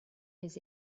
his